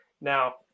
Now